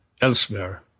elsewhere